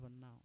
now